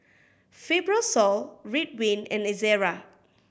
Fibrosol Ridwind and Ezerra